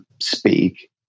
speak